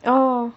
oh